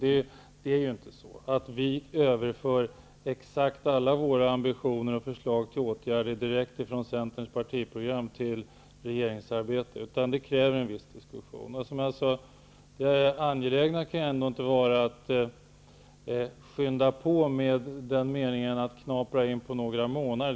Det är inte så att vi överför precis alla våra ambitioner och förslag till åtgärder direkt från Centerns partiprogram till regeringsarbetet. Det kräver en viss diskussion. Det angelägna kan ändå inte vara att skynda på för att vinna några månader.